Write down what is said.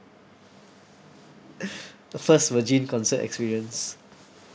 a first virgin concert experience